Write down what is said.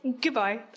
Goodbye